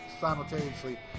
simultaneously